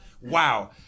Wow